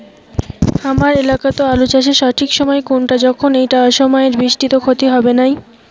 হামার এলাকাত আলু চাষের সঠিক সময় কুনটা যখন এইটা অসময়ের বৃষ্টিত ক্ষতি হবে নাই?